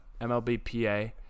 MLBPA